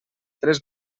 tres